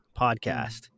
podcast